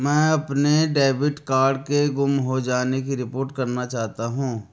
मैं अपने debit card के गुम हो जाने की रिपोर्ट करना चाहता हूँ